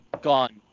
gone